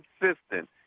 consistent